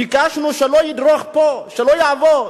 ביקשנו שלא ידרוך פה, שלא יעבור,